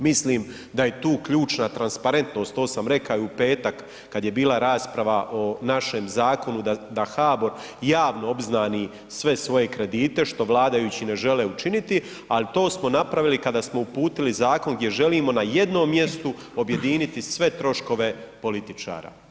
Mislim da je tu ključna transparentnost, to sam rekao i u petak kad je bila rasprava o našem zakonu, da HBOR javno obznani sve svoje kredite, što vladajući ne žele učiniti, a to smo napravili kada smo uputili zakon gdje želimo na jednom mjestu objediniti sve troškove političara.